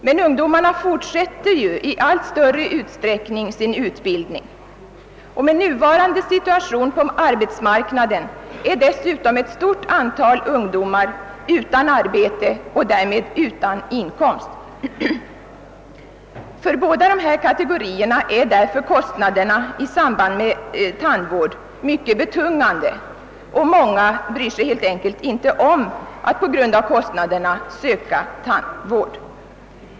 Men ungdomarna fortsätter i allt större utsträckning sin utbildning efter fyllda 16, och med nuvarande situation på arbetsmarknaden är dessutom ett stort antal ungdomar utan arbete och därmed utan inkomst. För båda dessa kategorier är därför kostnaderna i samband med tandvård mycket betungande. Många bryr sig på grund av dessa kostnader helt enkelt inte om att söka tandvård.